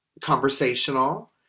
conversational